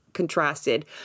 contrasted